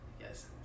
Yes